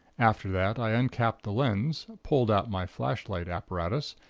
after that i uncapped the lens, pulled out my flashlight apparatus,